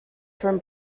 from